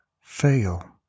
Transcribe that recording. fail